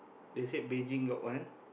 they said Beijing got one